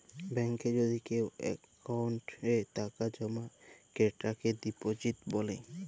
ব্যাংকে যদি কেও অক্কোউন্টে টাকা জমা ক্রেতাকে ডিপজিট ব্যলে